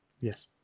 yes